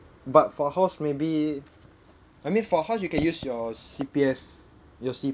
but for house maybe I mean for house you can use your C_P_F your